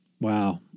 Wow